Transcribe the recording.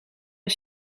een